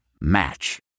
Match